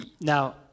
Now